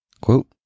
Quote